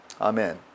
Amen